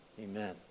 amen